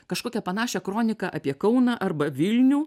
kažkokią panašią kroniką apie kauną arba vilnių